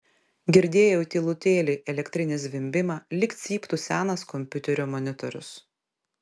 girdėjau tylutėlį elektrinį zvimbimą lyg cyptų senas kompiuterio monitorius